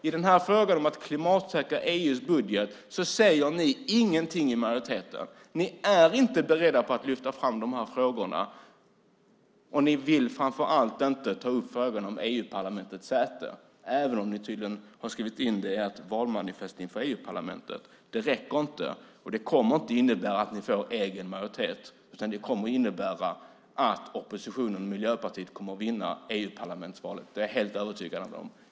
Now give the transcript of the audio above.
I frågan om att klimatsäkra EU:s budget säger ni i majoriteten ingenting. Ni är inte beredda att lyfta fram de här frågorna. Och ni vill framför allt inte ta upp frågan om EU-parlamentets säte, även om ni tydligen har skrivit in det i ert valmanifest inför EU-parlamentsvalet. Det räcker inte och kommer inte att innebära att ni får egen majoritet, utan det kommer att innebära att oppositionen och Miljöpartiet kommer att vinna EU-parlamentsvalet. Det är jag helt övertygad om.